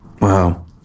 Wow